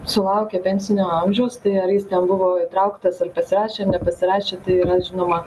sulaukia pensinio amžiaus tai ar jis ten buvo įtrauktas ar pasirašė ar nepasirašė tai yra žinoma